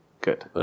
good